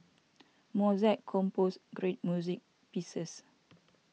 Mozart composed great music pieces